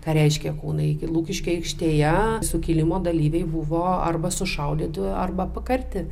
ką reiškia kūnai iki lukiškių aikštėje sukilimo dalyviai buvo arba sušaudyti arba pakarti